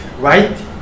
Right